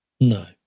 No